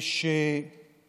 ויודעים